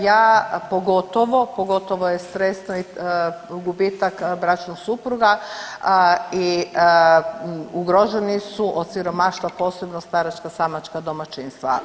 Ja pogotovo, pogotovo je stresno gubitak bračnog supruga i ugroženi su od siromaštva posebno staračka samačka domaćinstva.